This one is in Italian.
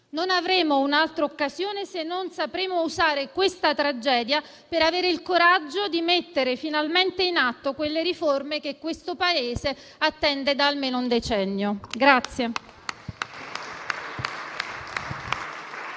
Non avremo un'altra occasione se non sapremo usare questa tragedia per avere il coraggio di mettere finalmente in atto le riforme che il Paese attende da almeno un decennio.